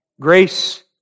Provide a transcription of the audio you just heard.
Grace